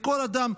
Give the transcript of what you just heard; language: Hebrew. לכל אדם.